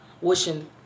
wishing